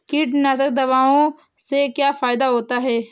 कीटनाशक दवाओं से क्या फायदा होता है?